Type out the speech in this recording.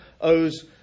owes